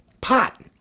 pot